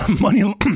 money